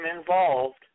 involved